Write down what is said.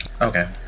Okay